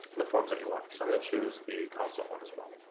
the forms that you want. so i'm gonna choose the consult one as well.